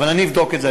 אבל אני אבדוק את זה,